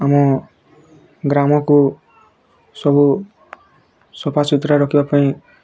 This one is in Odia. ଆମ ଗ୍ରାମକୁ ସବୁ ସଫା ସୁତୁରା ରଖିବା ପାଇଁ